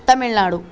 Tamil Nadu